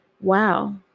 wow